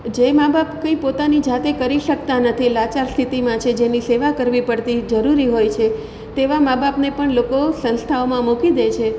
જે મા બાપ કંઈ પોતાની જાતે કઈ કરી શકતાં નથી લાચાર સ્થિતિમાં છે જેની સેવા કરવી પડતી જરૂરી હોય છે તેવાં મા બાપને પણ લોકો સંસ્થાઓમાં મૂકી દે છે